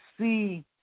see